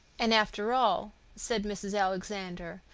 and, after all, said mrs. alexander,